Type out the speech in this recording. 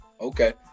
Okay